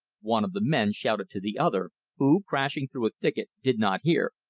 one of the men shouted to the other, who, crashing through a thicket, did not hear.